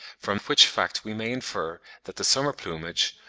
from which fact we may infer that the summer plumage,